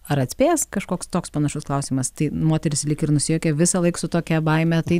ar atspės kažkoks toks panašus klausimas tai moteris lyg ir nusijuokia visąlaik su tokia baime tai